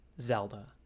Zelda